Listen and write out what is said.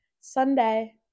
Sunday